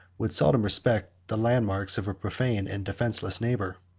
would seldom respect the landmarks of a profane and defenceless neighbor.